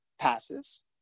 passes